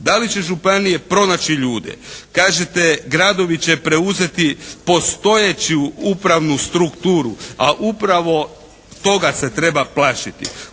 Da li će županije pronaći ljude? Kažete gradovi će preuzeti postojeću upravnu strukturu, a upravo toga se treba plašiti.